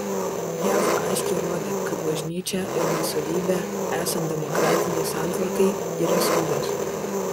jav aiškiai rodė kad bažnyčia ir nuosavybė esant demokratinei santvarkai yra saugios